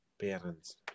parents